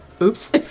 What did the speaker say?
Oops